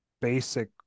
basic